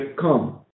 come